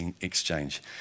exchange